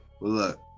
look